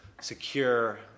secure